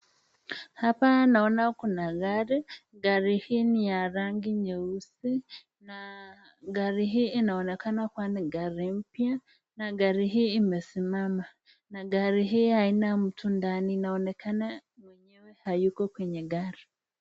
Hapa naona kuna gari. Gari hii ni ya rangi nyeusi na gari hii inaonekana kuwa ni gari mpya na gari hii imesimama na gari hii haina mtu ndani inaonekana hayuko kwenye gari.